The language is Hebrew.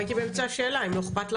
הייתי באמצע שאלה, אם לא אכפת לכם.